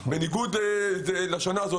בניגוד לשנים קודמות,